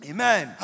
Amen